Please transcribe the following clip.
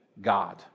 God